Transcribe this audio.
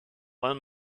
while